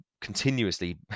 continuously